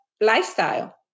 lifestyle